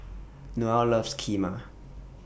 Noelle loves Kheema